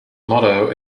motto